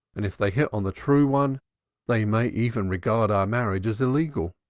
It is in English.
and if they hit on the true one they may even regard our marriage as illegal.